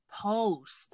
post